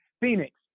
Phoenix